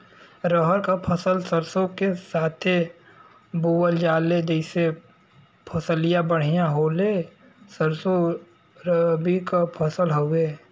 रहर क फसल सरसो के साथे बुवल जाले जैसे फसलिया बढ़िया होले सरसो रबीक फसल हवौ